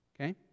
okay